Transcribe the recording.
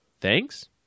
thanks